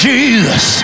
Jesus